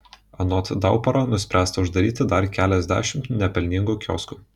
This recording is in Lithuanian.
anot dauparo nuspręsta uždaryti dar keliasdešimt nepelningų kioskų